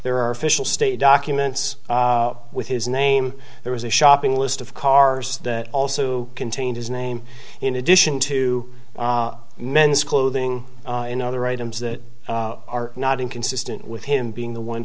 there are officials state documents with his name there was a shopping list of cars that also contained his name in addition to men's clothing and other items that are not inconsistent with him being the one